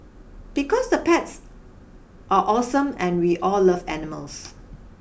because the pets are awesome and we all love animals